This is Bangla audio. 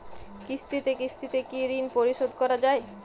কিস্তিতে কিস্তিতে কি ঋণ পরিশোধ করা য়ায়?